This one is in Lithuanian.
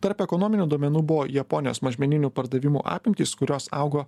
tarp ekonominių duomenų buvo japonijos mažmeninių pardavimų apimtys kurios augo